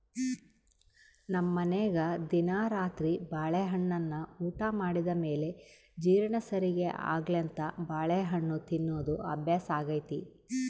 ನಮ್ಮನೆಗ ದಿನಾ ರಾತ್ರಿ ಬಾಳೆಹಣ್ಣನ್ನ ಊಟ ಮಾಡಿದ ಮೇಲೆ ಜೀರ್ಣ ಸರಿಗೆ ಆಗ್ಲೆಂತ ಬಾಳೆಹಣ್ಣು ತಿನ್ನೋದು ಅಭ್ಯಾಸಾಗೆತೆ